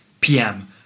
pm